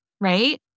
right